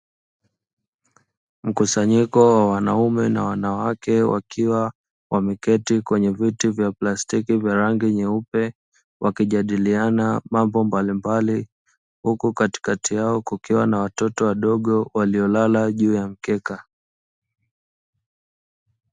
Mkusanyiko wa wanaume na wanawake wakiwa wameketi kwenye vyeti vya plastiki vya rangi nyekundu wakijadiliana mambo mbalimbali huko katikati yao kukiwa na watoto wadogo waliolala juu ya mkeka.